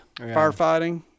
firefighting